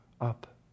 up